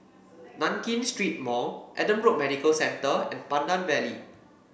Nankin Street Mall Adam Road Medical Center and Pandan Valley